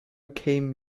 came